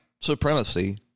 supremacy